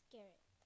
Garrett